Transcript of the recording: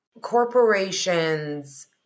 Corporations